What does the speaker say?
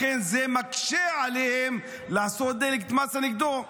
לכן זה מקשה עליהם לעשות דה-לגיטימציה נגדו.